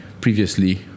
previously